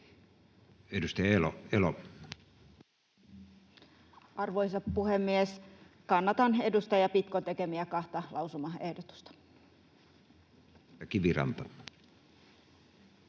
Content: Arvoisa puhemies! Kannatan edustaja Pitkon tekemiä kahta lausumaehdotusta. [Speech